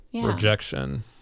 rejection